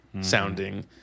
sounding